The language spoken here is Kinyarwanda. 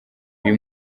uyu